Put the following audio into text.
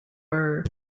burr